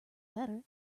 better